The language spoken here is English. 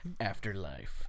afterlife